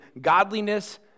godliness